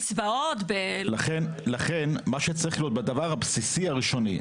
ולכן מה שצריך להיות בדבר הבסיסי הראשוני,